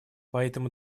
поэтому